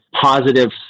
positive